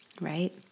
right